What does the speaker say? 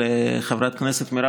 שמעתי,